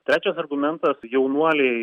trečias argumentas jaunuoliai